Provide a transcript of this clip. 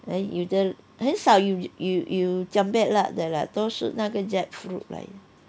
then 有的很少有有 cempedak 的 lah 都是那个 jackfruit 来的